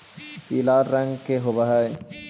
ई लाल रंग के होब हई